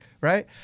right